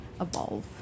evolve